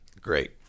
great